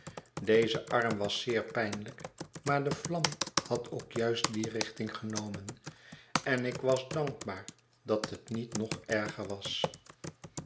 deze arm was zeer pijnlijk maar de vlam had ook juist die richting genomen en ik was dankbaar dat het niet nog erger was